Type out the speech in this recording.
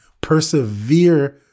persevere